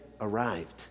arrived